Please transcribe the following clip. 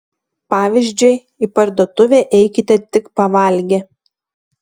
pavyzdžiui į parduotuvę eikite tik pavalgę